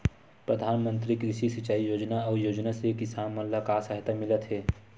प्रधान मंतरी कृषि सिंचाई योजना अउ योजना से किसान मन ला का सहायता मिलत हे?